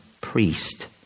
priest